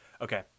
okay